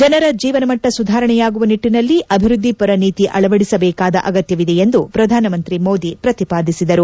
ಜನರ ಜೀವನ ಮಟ್ಟ ಸುಧಾರಣೆಯಾಗುವ ನಿಟ್ಟಿನಲ್ಲಿ ಅಭಿವ್ವದ್ದಿ ಪರ ನೀತಿ ಅಲವದಿಸಬೇಕಾದ ಅಗತ್ಯವಿದೆ ಎಂದು ಪ್ರಧಾನ ಮಂತ್ರಿ ಮೋದಿ ಪ್ರತಿಪಾದಿಸಿದರು